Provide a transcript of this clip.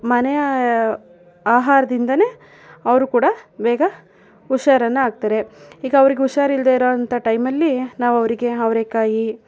ಮನೆಯ ಆಹಾರದಿಂದಲೇ ಅವರು ಕೂಡ ಬೇಗ ಹುಷಾರನ್ನು ಆಗ್ತಾರೆ ಈಗ ಅವ್ರಿಗೆ ಹುಷಾರಿಲ್ಲದೇ ಇರೋವಂಥ ಟೈಮಲ್ಲಿ ನಾವು ಅವರಿಗೆ ಅವ್ರೇಕಾಯಿ